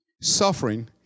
suffering